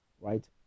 right